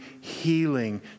healing